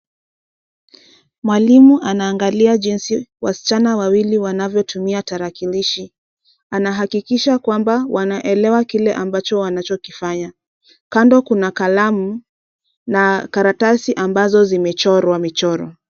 Mwalimu anaangalia jinsi wasichana wawili wanavyotumia tarakilishi. Anahakikisha kwamba wanaelewa kile ambacho wanachokifanya. Kando kuna kalamu na karatasi ambazo zimechorwa michoro.